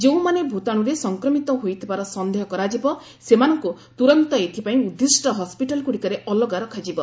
ଯେଉଁମାନେ ଭୂତାଣୁରେ ସଂକ୍ରମିତ ହୋଇଥିବାର ସନ୍ଦେହ କରାଯିବ ସେମାନଙ୍କୁ ତୁରନ୍ତ ଏଥିପାଇଁ ଉଦ୍ଦିଷ୍ଟ ହସ୍କିଟାଲ୍ଗୁଡ଼ିକରେ ଅଲଗା ରଖାଯିବ